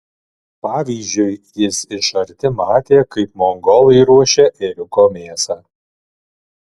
pavyzdžiui jis iš arti matė kaip mongolai ruošia ėriuko mėsą